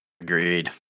agreed